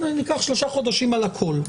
ניקח שלושה חודשים על הכול.